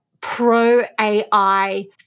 pro-AI